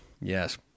Yes